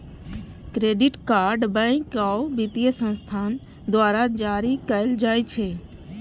credit card bank आ वित्तीय संस्थान द्वारा जारी कैल जाइ छै